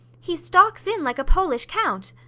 he stalks in like a polish count.